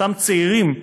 אותם צעירים,